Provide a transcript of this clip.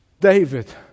David